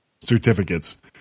certificates